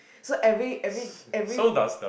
so every every every